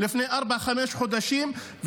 לפני ארבעה-חמישה חודשים,